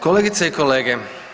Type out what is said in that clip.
Kolegice i kolege.